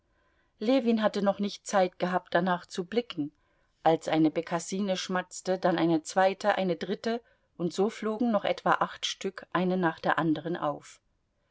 ljewin hatte noch nicht zeit gehabt danach zu blicken als eine bekassine schmatzte dann eine zweite eine dritte und so flogen noch etwa acht stück eine nach der anderen auf